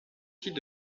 titre